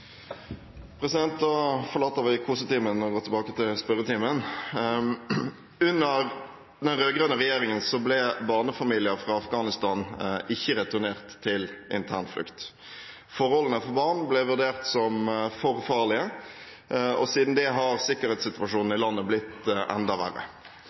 hovedspørsmål. Da forlater vi kosetimen og går tilbake til spørretimen. Under den rød-grønne regjeringen ble barnefamilier fra Afghanistan ikke returnert til internflukt. Forholdene for barn ble vurdert som for farlige, og siden det har sikkerhetssituasjonen i landet blitt enda verre.